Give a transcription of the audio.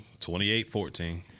28-14